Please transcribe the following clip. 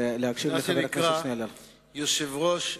מה שנקרא יושב-ראש כמסייע.